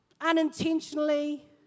unintentionally